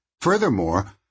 Furthermore